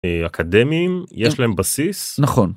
אקדמים יש להם בסיס נכון.